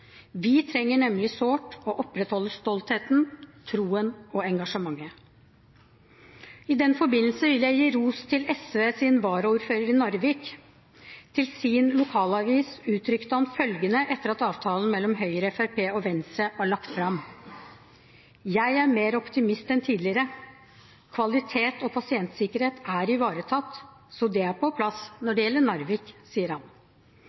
Vi trenger nemlig sårt å opprettholde stoltheten, troen og engasjementet. I den forbindelse vil jeg gi ros til SVs varaordfører i Narvik. Til sin lokalavis uttrykte han følgende etter at avtalen mellom Høyre, Fremskrittspartiet og Venstre var lagt fram: Jeg er mer optimist enn tidligere. Kvalitet og pasientsikkerhet er ivaretatt, så det er på plass når